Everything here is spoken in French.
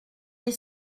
est